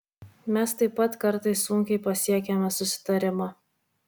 mes taip pat kartais sunkiai pasiekiame susitarimą